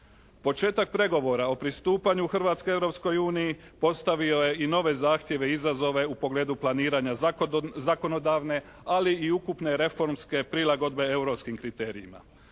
Početak pregovora o pristupanju Hrvatske Europskoj uniji postavio je i nove zahtjeve i izazove u pogledu planiranja zakonodavne ali i ukupne reformske prilagodbe europskim kriterijima.